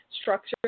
structure